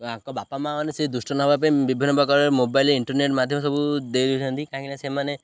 ୟାଙ୍କ ବାପା ମାଆ ମାନେ ସେ ଦୁଷ୍ଟ ନ ହେବା ପାଇଁ ବିଭିନ୍ନ ପ୍ରକାର ମୋବାଇଲ ଇଣ୍ଟରନେଟ୍ ମାଧ୍ୟମ ସବୁ ଦେଇ ଦେଉଛନ୍ତି କାହିଁକିନା ସେମାନେ